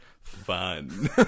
Fun